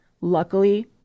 Luckily